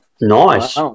Nice